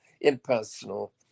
impersonal